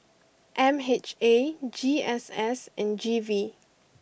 M H A G S S and G V